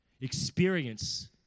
Experience